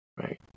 right